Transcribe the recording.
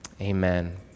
Amen